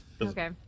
Okay